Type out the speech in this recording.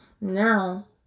Now